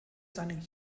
seine